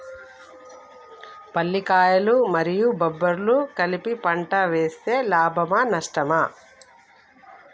పల్లికాయలు మరియు బబ్బర్లు కలిపి పంట వేస్తే లాభమా? నష్టమా?